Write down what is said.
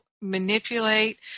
manipulate